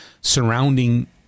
surrounding